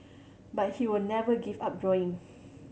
but he will never give up drawing